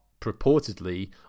purportedly